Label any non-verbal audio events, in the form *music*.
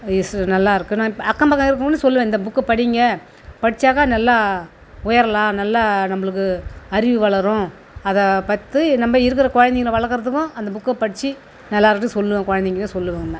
*unintelligible* நல்லாயிருக்கும் நான் இப் அக்கம்பக்கம் இருக்கிறவங்கள்டையும் சொல்லுவேன் இந்த புக்கை படிங்க படிச்சாக்க நல்லா உயரலாம் நல்லா நம்மளுக்கு அறிவு வளரும் அதை பத்து நம்ம இருக்கிற குழந்தைங்கள வளர்க்கறதுக்கும் அந்த புக்கை படித்து நான் எல்லார்க்கிட்டேயும் சொல்லுவேன் குழந்தைங்கள்டையும் சொல்லுவேன் *unintelligible*